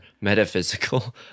metaphysical